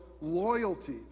loyalty